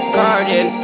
garden